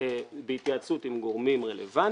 בהתייעצות עם גורמים רלוונטיים,